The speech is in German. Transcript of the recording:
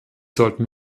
sollten